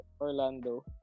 Orlando